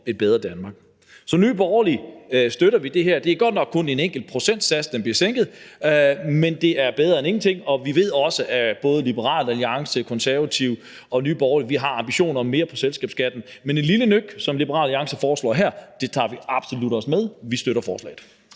et bedre Danmark. Så i Nye Borgerlige støtter vi det her. Det er godt nok kun med et enkelt procentpoint, den bliver sænket, men det er bedre end ingenting, og vi ved også, at både Liberal Alliance, Konservative og Nye Borgerlige har ambitioner om mere på selskabsskatten, men et lille nøk, som Liberal Alliance foreslår her, tager vi absolut også med. Vi støtter forslaget.